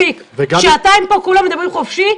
שעתיים כולם מדברים חופשי,